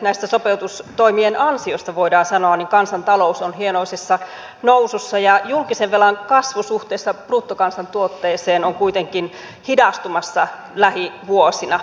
näiden sopeutustoimien ansiosta voidaan sanoa kansantalous on hienoisessa nousussa ja julkisen velan kasvu suhteessa bruttokansantuotteeseen on kuitenkin hidastumassa lähivuosina